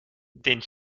den